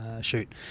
shoot